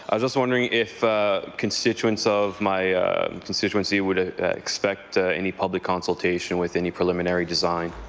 i was just wondering if constituents of my constituency would expect any public consultation with any preliminary design?